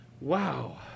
Wow